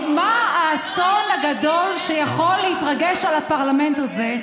מה האסון הגדול שיכול להתרגש על הפרלמנט הזה?